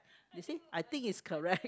they said I think is correct